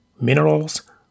minerals